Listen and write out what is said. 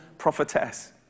prophetess